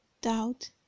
doubt